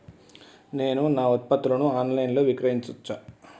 నేను నా ఉత్పత్తులను ఆన్ లైన్ లో విక్రయించచ్చా?